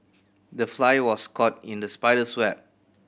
the fly was caught in the spider's web